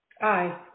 Aye